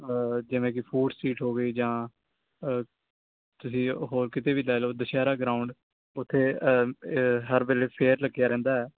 ਜਿਵੇਂ ਕਿ food street ਹੋ ਗਈ ਜਾਂ ਅ ਤੁਸੀਂ ਅ ਹੋਰ ਕਿਤੇ ਵੀ ਲੈ ਲਓ ਦੁਸਹਿਰਾ ਗਰਾਊਂਡ ਉੱਥੇ ਅ ਅ ਹਰ ਵੇਲੇ ਫੇਅਰ ਲੱਗਿਆ ਰਹਿੰਦਾ ਆ